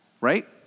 right